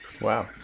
Wow